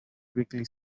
quickly